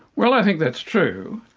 well i think that's true.